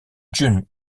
jun